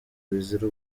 bizira